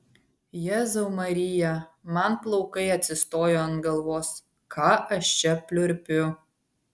jėzau marija man plaukai atsistojo ant galvos ką aš čia pliurpiu